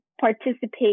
participate